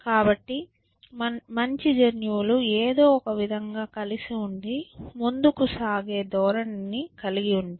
కాబట్టి మంచి జన్యువులు ఏదో ఒక విధంగా కలిసి ఉండి ముందుకు సాగే ధోరణిని కలిగి ఉంటాయి